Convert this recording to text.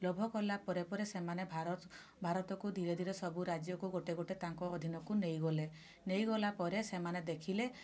ଲୋଭ କଲା ପରେ ପରେ ସେମାନେ ଭାରତ ଭାରତକୁ ଧିରେ ଧିରେ ସବୁ ରାଜ୍ୟକୁ ଗୋଟେ ଗୋଟେ ତାଙ୍କ ଅଧିନକୁ ନେଇଗଲେ ନେଇଗଲା ପରେ ସେମାନେ ଦେଖିଲେ